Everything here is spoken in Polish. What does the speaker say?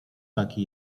taki